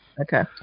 Okay